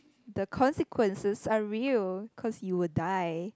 the consequences are real because you will die